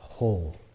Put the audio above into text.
whole